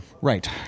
Right